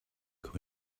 were